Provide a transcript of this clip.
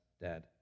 dead